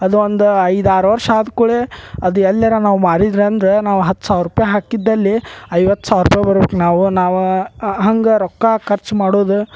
ಅದೊಂದು ಐದು ಆರು ವರ್ಷ ಆದ್ಕುಡ್ಲೇ ಅದು ಎಲ್ಲರು ನಾವು ಮಾರಿದ್ರಂದ ನಾವು ಹತ್ತು ಸಾವಿರ ರೂಪಾಯಿ ಹಾಕಿದ್ದಲ್ಲಿ ಐವತ್ತು ಸಾವಿರ ರೂಪಾಯಿ ಬರ್ಬೇಕು ನಾವು ನಾವಾ ಹಂಗೆ ರೊಕ್ಕ ಖರ್ಚ್ ಮಾಡುದು